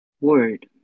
word